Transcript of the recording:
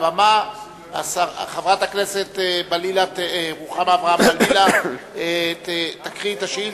וחברת הכנסת רוחמה אברהם-בלילא תקרא את השאילתא,